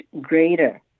greater